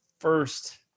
first